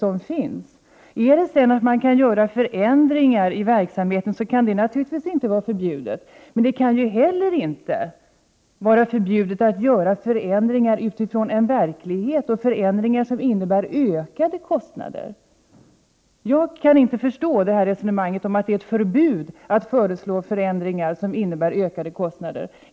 Det är naturligtvis inte förbjudet att vidta förändringar i verksamheten, men det kan inte heller vara förbjudet att vidta förändringar som innebär ökade kostnader. Jag kan inte förstå det resonemang som går ut på att det är förbud mot att föreslå ändringar som innebär ökade kostnader.